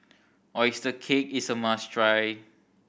oyster cake is a must try